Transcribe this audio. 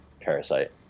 Parasite